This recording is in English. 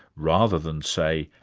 rather than, say,